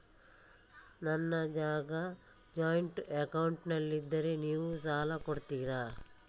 ನನ್ನ ಜಾಗ ಜಾಯಿಂಟ್ ಅಕೌಂಟ್ನಲ್ಲಿದ್ದರೆ ನೀವು ಸಾಲ ಕೊಡ್ತೀರಾ?